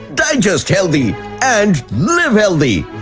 digest healthy and live healthy!